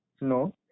No